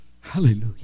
hallelujah